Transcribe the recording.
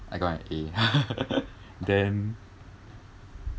I got an A then